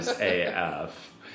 AF